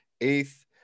eighth